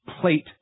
plate